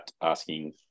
asking